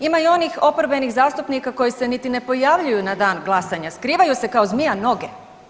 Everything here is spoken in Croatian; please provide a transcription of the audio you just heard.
Ima i onih oporbenih zastupnika koji se niti ne pojavljuju na dan glasanja, skrivaju se kao zmija noge.